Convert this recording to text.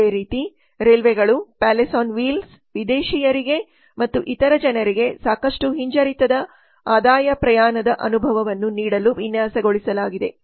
ಅದೇ ರೀತಿ ರೈಲ್ವೆಗಳು ಪ್ಯಾಲೇಸ್ ಆನ್ ವೀಲ್ಸ್ 2046 ವಿದೇಶಿಯರಿಗೆ ಮತ್ತು ಇತರ ಜನರಿಗೆ ಸಾಕಷ್ಟು ಹಿಂಜರಿತದ ಆದಾಯ ಪ್ರಯಾಣದ ಅನುಭವವನ್ನು ನೀಡಲು ವಿನ್ಯಾಸಗೊಳಿಸಲಾಗಿದೆ